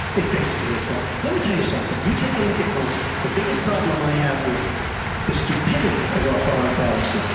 it basically has fallen. let me tell you something you take a look at mosul. the biggest problem i have with the stupidity of our foreign policy.